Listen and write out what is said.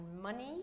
money